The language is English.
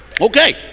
Okay